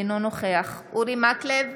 אינו נוכח אורי מקלב,